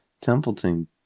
Templeton